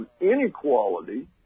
inequality